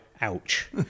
ouch